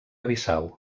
bissau